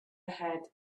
ahead